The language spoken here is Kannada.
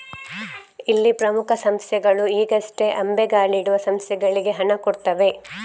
ಇಲ್ಲಿ ಪ್ರಮುಖ ಸಂಸ್ಥೆಗಳು ಈಗಷ್ಟೇ ಅಂಬೆಗಾಲಿಡುವ ಸಂಸ್ಥೆಗಳಿಗೆ ಹಣ ಕೊಡ್ತವೆ